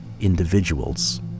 individuals